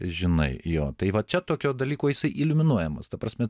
žinai jo tai va čia tokio dalyko jisai iliuminuojamas ta prasme